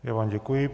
Já vám děkuji.